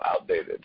outdated